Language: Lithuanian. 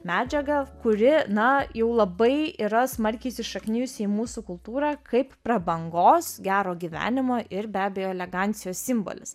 medžiaga kuri na jau labai yra smarkiai įsišaknijusi į mūsų kultūrą kaip prabangos gero gyvenimo ir be abejo elegancijos simbolis